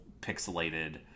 pixelated